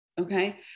okay